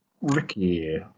Ricky